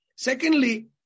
Secondly